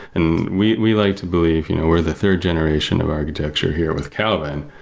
and we we like to believe you know we're the third generation of architecture here with calvin,